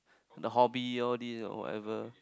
the hobby all these or whatever